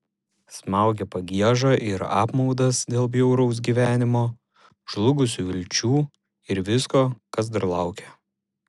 smaugė pagieža ir apmaudas dėl bjauraus gyvenimo žlugusių vilčių ir visko kas dar laukia